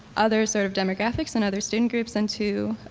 other sort of demographics and other student groups? and two,